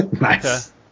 Nice